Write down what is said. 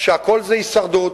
שהכול זה "הישרדות"